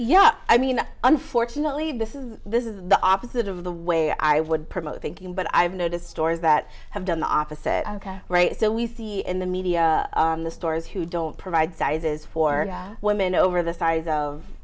yeah i mean unfortunately this is this is the opposite of the way i would promote thinking but i've noticed stores that have done the opposite right so we see in the media in the stores who don't provide sizes for women over the size of